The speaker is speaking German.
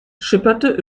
schipperte